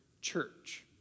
church